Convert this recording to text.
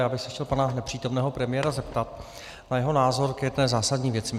Já bych se chtěl pana nepřítomného premiéra zeptat na jeho názor k jedné zásadní věci.